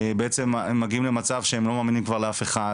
בעצם הם מגיעים למצב שהם לא מאמינים כבר לאף אחד,